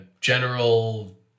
general